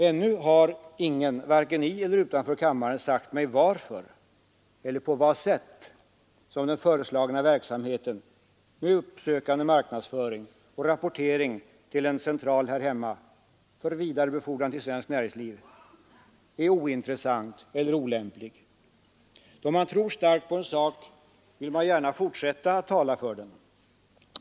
Ännu har ingen, vare sig i eller utanför kammaren, sagt mig varför eller på vad sätt den föreslagna verksamheten — med uppsökande marknadsföring och rapportering till en central här hemma för vidare befordran till svenskt näringsliv — är ointressant eller olämplig. Då man tror starkt på en sak vill man gärna fortsätta att tala för den.